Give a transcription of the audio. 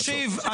תקשיב,